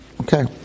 Okay